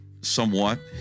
somewhat